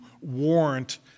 warrant